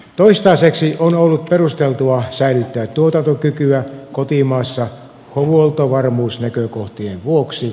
toistaiseksi on ollut perusteltua säilyttää tuotantokykyä kotimaassa huoltovarmuusnäkökohtien vuoksi